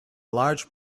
large